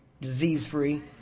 disease-free